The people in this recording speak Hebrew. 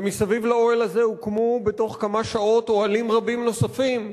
ומסביב לאוהל הזה הוקמו בתוך כמה שעות אוהלים רבים נוספים,